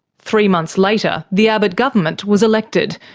three months later, the abbott government was elected,